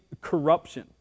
corruption